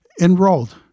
enrolled